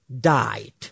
died